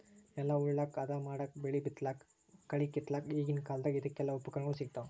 ನೆಲ ಉಳಲಕ್ಕ್ ಹದಾ ಮಾಡಕ್ಕಾ ಬೆಳಿ ಬಿತ್ತಲಕ್ಕ್ ಕಳಿ ಕಿತ್ತಲಕ್ಕ್ ಈಗಿನ್ ಕಾಲ್ದಗ್ ಇದಕೆಲ್ಲಾ ಉಪಕರಣಗೊಳ್ ಸಿಗ್ತಾವ್